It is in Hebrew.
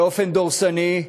באופן דורסני,